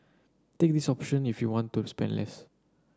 take this option if you want to spend less